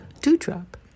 dewdrop